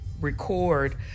record